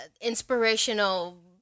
inspirational